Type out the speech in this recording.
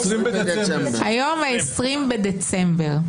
20 בדצמבר.